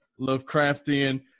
Lovecraftian